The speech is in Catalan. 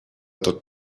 tot